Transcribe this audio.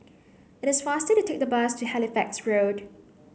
it is faster to take the bus to Halifax Road